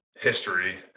history